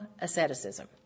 asceticism